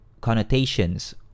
connotations